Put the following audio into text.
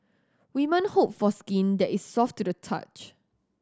woman hope for skin that is soft to the touch